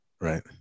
right